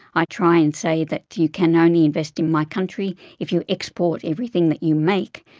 i try and say that you can only invest in my country if you export everything that you make,